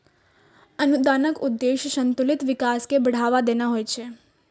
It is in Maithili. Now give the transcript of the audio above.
अनुदानक उद्देश्य संतुलित विकास कें बढ़ावा देनाय होइ छै